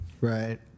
Right